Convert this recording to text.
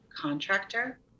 contractor